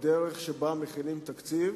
בדרך שבה מכינים תקציב,